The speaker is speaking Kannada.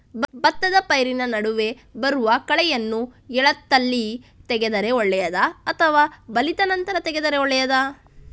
ಭತ್ತದ ಪೈರಿನ ನಡುವೆ ಬರುವ ಕಳೆಯನ್ನು ಎಳತ್ತಲ್ಲಿ ತೆಗೆದರೆ ಒಳ್ಳೆಯದಾ ಅಥವಾ ಬಲಿತ ನಂತರ ತೆಗೆದರೆ ಒಳ್ಳೆಯದಾ?